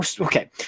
okay